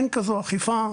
אין כזו אכיפה.